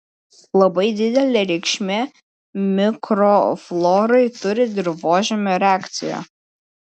labai didelę reikšmę mikroflorai turi dirvožemio reakcija